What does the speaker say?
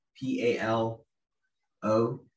p-a-l-o